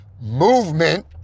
movement